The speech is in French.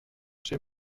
chez